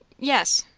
yes.